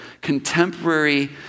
contemporary